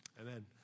Amen